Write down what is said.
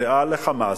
קריאה ל"חמאס"